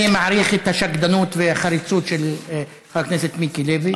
אני מעריך את השקדנות והחריצות של חבר הכנסת מיקי לוי,